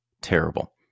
terrible